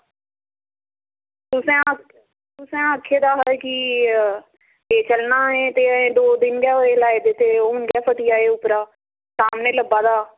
तुसें तुसें आक्खे दा हा कि ते करना गै दौ दिन गै होये लाई दित्ती जदे हून गै होई फट्टी आये उप्परा दे सामनै लब्भा दा